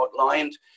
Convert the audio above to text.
outlined